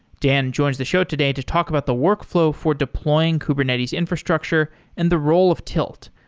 dan joins the show today to talk about the workflow for deploying kubernetes infrastructure and the role of tilt,